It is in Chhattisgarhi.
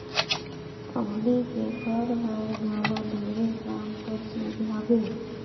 अमली के फर हर घलो ढेरे काम कर चीज हवे